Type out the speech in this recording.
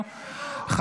--- תמיכה בטרור.